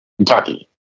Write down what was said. Kentucky